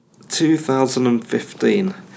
2015